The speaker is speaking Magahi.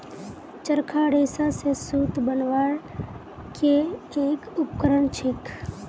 चरखा रेशा स सूत बनवार के एक उपकरण छेक